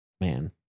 man